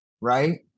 Right